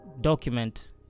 document